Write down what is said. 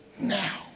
now